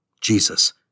Jesus